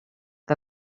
que